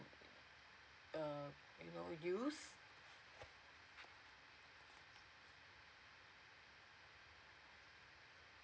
uh no use